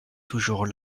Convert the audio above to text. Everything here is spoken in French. toujours